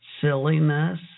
silliness